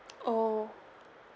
oh